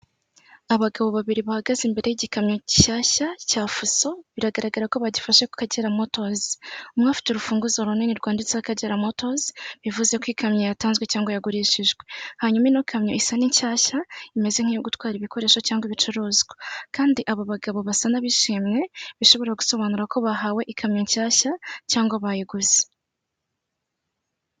Abagabo babiri bahagaze imbere y'igikamyo gishyashya cya fuso biragaragara ko bagifashe ku Kagera motozi, umwe afite urufunguzo runini rwanditseho akagera motozi bivuze ko ikamyo yatanzwe cyangwa yagurishijwe, hanyuma ino kamyo isa n'inshyashya, imeze nk'iyo gutwara ibikoresho cyangwa ibicuruzwa kandi abo bagabo basa n'abishimwe bishobora gusobanura ko bahawe ikamyo nshyashya cyangwa bayiguze.